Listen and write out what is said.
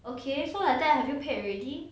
okay so like that have you paid already